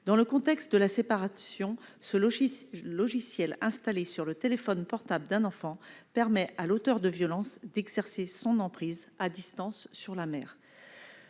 dans le contexte de la séparation, seul office logiciel installé sur le téléphone portable d'un enfant permet à l'auteur de violences, d'exercer son emprise à distance, sur la mer,